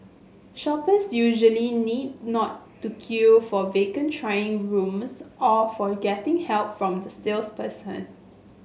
shoppers usually need not to queue for vacant trying rooms or for getting help from the salesperson